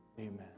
Amen